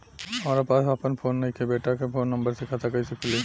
हमरा पास आपन फोन नईखे बेटा के फोन नंबर से खाता कइसे खुली?